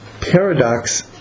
paradox